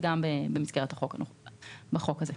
וגם במסגרת החוק הזה.